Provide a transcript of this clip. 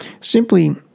simply